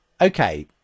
Okay